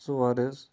ژور حظ